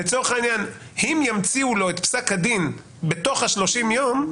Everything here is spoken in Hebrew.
לצורך העניין: אם ימציאו לו את פסק הדין בתוך 30 יום,